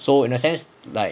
so in a sense like